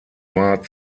war